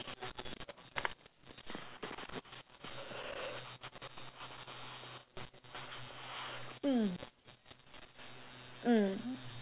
mm mm